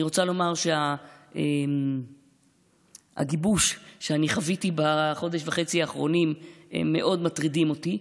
אני רוצה לומר שהגיבוש שחוויתי בחודש וחצי האחרונים מאוד מטריד אותי,